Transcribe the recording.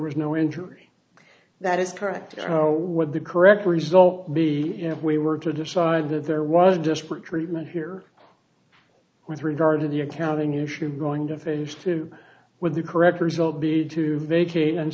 was no injury that is correct with the correct result be we were to decide that there was disparate treatment here with regard to the accounting issue going to finish to with the correct result be to vacate and